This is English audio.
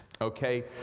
okay